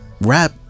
rap